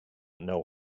know